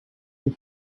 you